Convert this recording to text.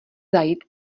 zajít